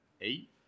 Eight